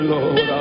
Lord